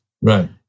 right